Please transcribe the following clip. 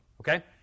Okay